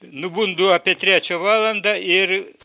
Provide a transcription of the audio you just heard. nubundu apie trečią valandą ir